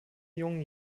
jungen